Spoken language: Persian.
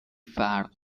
فرق